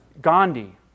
Gandhi